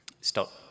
stop